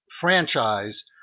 franchise